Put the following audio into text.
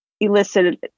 elicited